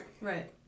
Right